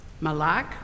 malak